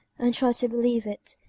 and try to believe it.